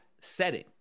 setting